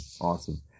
awesome